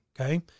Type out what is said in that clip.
Okay